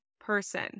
person